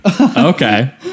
Okay